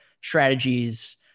strategies